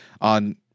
on